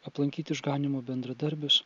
aplankyt išganymo bendradarbius